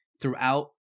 throughout